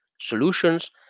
solutions